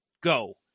go